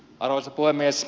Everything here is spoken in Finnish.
arvoisa puhemies